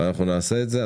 ואנחנו נעשה את זה.